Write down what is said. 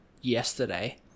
yesterday